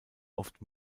oft